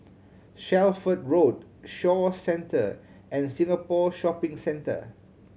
Shelford Road Shaw Centre and Singapore Shopping Centre